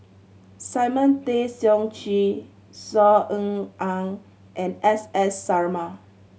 Simon Tay Seong Chee Saw Ean Ang and S S Sarma